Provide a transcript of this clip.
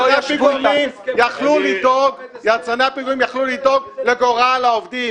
בהצבת פיגומים יצרני הפיגומים יכלו לדאוג לגורל העובדים